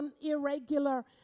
irregular